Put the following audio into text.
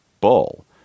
bull